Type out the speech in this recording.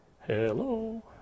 Hello